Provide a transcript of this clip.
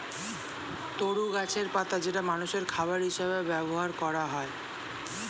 তরু গাছের পাতা যেটা মানুষের খাবার হিসেবে ব্যবহার করা হয়